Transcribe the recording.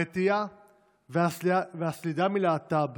הרתיעה והסלידה מלהט"ב